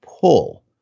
pull